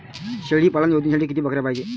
शेळी पालन योजनेसाठी किती बकऱ्या पायजे?